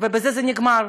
ובזה זה נגמר.